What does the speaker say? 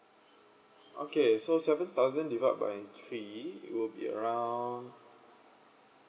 okay so seven thousand divide by three it will be around